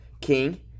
king